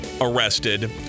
arrested